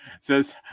says